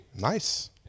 Nice